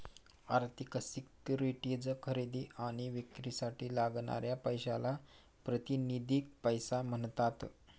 आर्थिक सिक्युरिटीज खरेदी आणि विक्रीसाठी लागणाऱ्या पैशाला प्रातिनिधिक पैसा म्हणतात